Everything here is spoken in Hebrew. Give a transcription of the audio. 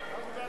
מינוי נשיא),